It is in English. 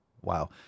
Wow